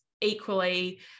equally